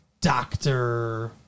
doctor